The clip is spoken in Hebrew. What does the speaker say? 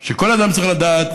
שכל אדם צריך לדעת